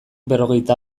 berrogeita